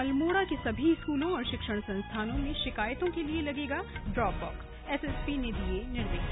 अल्मोड़ा के सभी स्कूलों और शिक्षण संस्थानों में शिकायतों के लिए लगेगा ड्रॉपबॉक्स एस एस पी ने दिये निर्देश